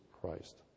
Christ